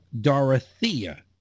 Dorothea